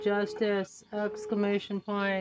Justice